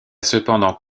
cependant